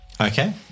Okay